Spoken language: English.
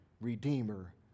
Redeemer